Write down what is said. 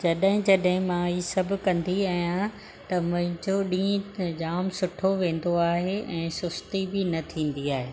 जॾहिं जॾहिं मां हीअ सभु कंदी आहियां त मुंहिंजो ॾींहुं त जाम सुठो वेंदो आहे ऐं सुस्ती बि न थींदी आहे